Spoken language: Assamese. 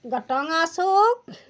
গটঙাচুক